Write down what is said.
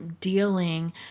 dealing